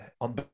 on